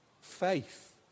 Faith